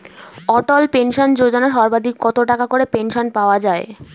অটল pension Yojana সর্বাধিক কত টাকা করে পেনশন পাওয়া যায়?